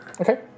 Okay